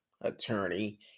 attorney